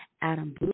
Adam